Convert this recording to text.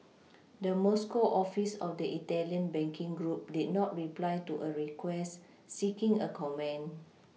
the Moscow office of the italian banking group did not reply to a request seeking a comment